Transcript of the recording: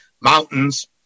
mountains